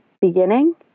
beginning